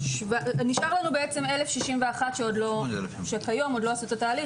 היום נשארו לנו 1,061 שעוד לא עשו את התהליך.